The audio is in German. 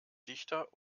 dichter